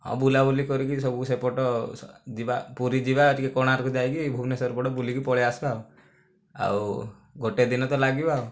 ହଁ ବୁଲାବୁଲି କରିକି ସବୁ ସେପଟ ଯିବା ପୁରୀ ଯିବା ଟିକେ କୋଣାର୍କ ଯାଇକି ଭୁବନେଶ୍ବର ପଟେ ବୁଲିକି ପଳାଇଆସିବା ଆଉ ଆଉ ଗୋଟିଏ ଦିନ ତ ଲାଗିବ